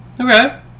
Okay